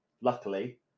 Luckily